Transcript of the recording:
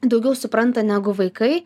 daugiau supranta negu vaikai